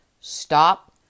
stop